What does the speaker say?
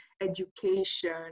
education